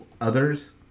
others